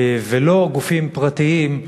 ולא גופים פרטיים,